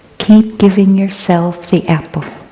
keep giving yourself the apple.